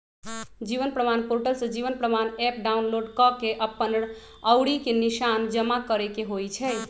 जीवन प्रमाण पोर्टल से जीवन प्रमाण एप डाउनलोड कऽ के अप्पन अँउरी के निशान जमा करेके होइ छइ